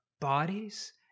bodies